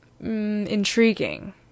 intriguing